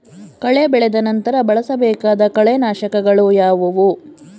ಕಳೆ ಬೆಳೆದ ನಂತರ ಬಳಸಬೇಕಾದ ಕಳೆನಾಶಕಗಳು ಯಾವುವು?